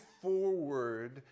forward